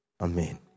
Amen